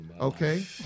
Okay